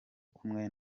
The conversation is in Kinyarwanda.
kumwe